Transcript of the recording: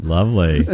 Lovely